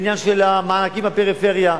בעניין של המענקים לפריפריה,